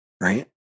right